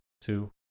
Two